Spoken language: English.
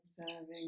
Observing